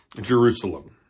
Jerusalem